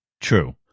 True